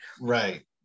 Right